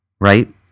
right